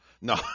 No